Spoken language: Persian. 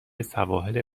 سواحل